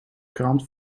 krant